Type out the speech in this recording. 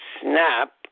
Snap